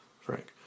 Frank